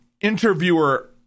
interviewer